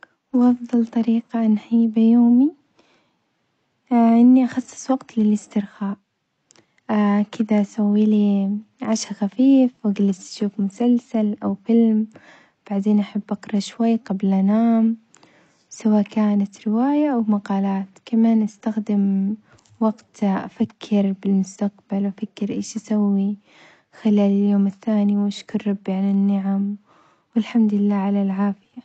وأفظل طريقة أنهي بها يومي إني أخصص وقت للإسترخاء كدة أسويلي عشا خفيف وأجلس أشوف مسلسل أو فيلم، بعدين أحب أقرا شوي قبل أنام سوا كانت رواية أو مقالات، كمان أستخدم وقت أفكر بالمستقبل وأفكر إيش أسوي خلال اليوم الثاني وأشكر ربي على النعم والحمدلله على العافية.